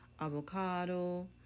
avocado